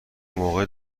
موقع